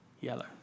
yellow